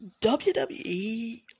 WWE